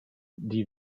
die